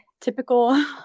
typical